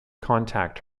contact